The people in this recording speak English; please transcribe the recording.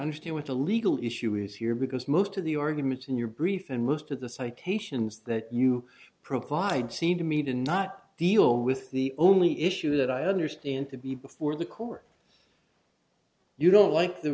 understand what the legal issue is here because most of the arguments in your brief and most of the citations that you provide seem to me to not deal with the only issue that i understand to be before the court you don't like the